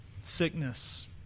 sickness